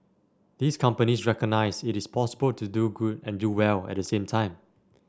these companies recognise it is possible to do good and do well at the same time